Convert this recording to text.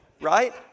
right